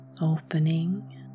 opening